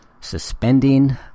suspending